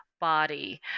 body